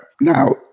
Now